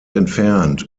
entfernt